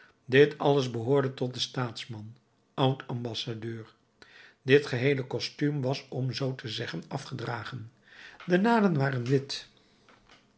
dit alles behoorde tot den staatsman oud ambassadeur dit geheele costuum was om zoo te zeggen afgedragen de naden waren wit